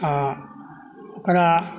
आ ओकरा